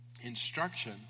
instruction